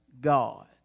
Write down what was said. God